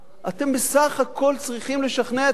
אתם בסך הכול צריכים לשכנע את העם.